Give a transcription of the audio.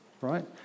right